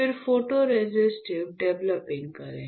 फिर photoresist developing करें